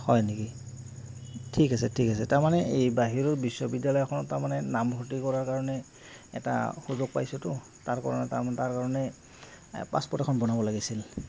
হয় নেকি ঠিক আছে ঠিক আছে তাৰমানে এই বাহিৰৰ বিশ্ববিদ্যালয় এখনত তাৰমানে নামভৰ্তি কৰাৰ কাৰণে এটা সুযোগ পাইছোঁতো তাৰ কাৰণে তাৰ তাৰ কাৰণে পাছপ'ৰ্ট এখন বনাব লাগিছিল